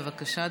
בבקשה,